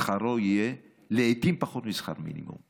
שכרו יהיה לעיתים פחות משכר מינימום.